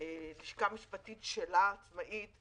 לשכה משפטית עצמאית שלה,